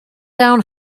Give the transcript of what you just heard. down